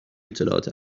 اطلاعات